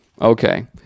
Okay